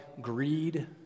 greed